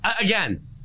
Again